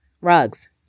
rugs